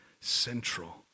central